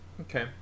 Okay